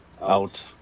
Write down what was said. out